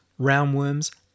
roundworms